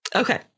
Okay